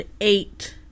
eight